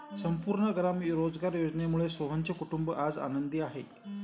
संपूर्ण ग्राम रोजगार योजनेमुळे सोहनचे कुटुंब आज आनंदी आहे